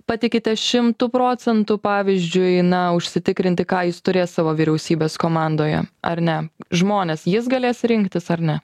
patikite šimtu procentų pavyzdžiui na užsitikrinti ką jis turės savo vyriausybės komandoje ar ne žmones jis galės rinktis ar ne